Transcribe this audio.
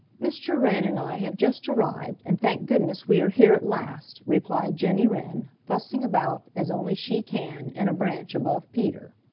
mr. wren and i have just arrived, and thank goodness we are here at last, replied jenny wren, fussing about, as only she can, in a branch above peter.